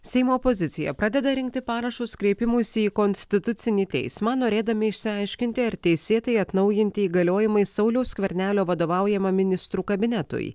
seimo opozicija pradeda rinkti parašus kreipimuisi į konstitucinį teismą norėdami išsiaiškinti ar teisėtai atnaujinti įgaliojimai sauliaus skvernelio vadovaujamam ministrų kabinetui